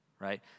right